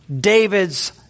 David's